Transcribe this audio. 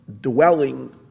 dwelling